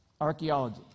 Archaeology